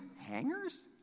hangers